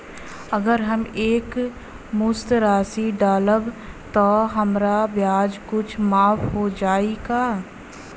अगर हम एक मुस्त राशी डालब त हमार ब्याज कुछ माफ हो जायी का?